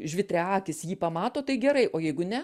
žvitriaakis jį pamato tai gerai o jeigu ne